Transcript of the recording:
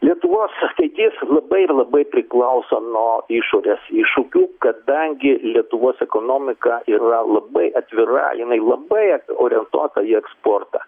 lietuvos ateitis labai ir labai priklauso nuo išorės iššūkių kadangi lietuvos ekonomika yra labai atvira jinai labai orientuota į eksportą